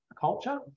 culture